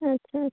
ᱟᱪᱪᱷᱟ ᱟᱪᱪᱷᱟ